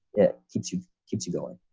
it keeps you keeps you going.